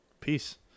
peace